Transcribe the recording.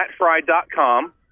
mattfry.com